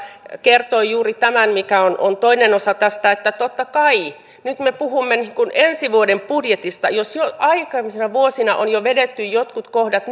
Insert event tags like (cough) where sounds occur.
kertoi juuri tämän mikä on on toinen osa tästä että totta kai me nyt puhumme ensi vuoden budjetista jos aikaisempina vuosina on jo vedetty jotkut kohdat (unintelligible)